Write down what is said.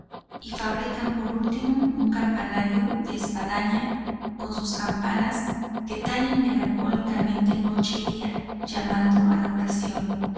y fabrican por último un campanario de espadaña con sus campanas que tañen melancólicamente noche y día llamando a la oración